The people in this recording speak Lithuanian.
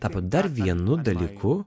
tapo dar vienu dalyku